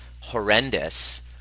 horrendous